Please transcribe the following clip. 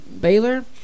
Baylor